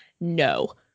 No